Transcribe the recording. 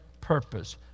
purpose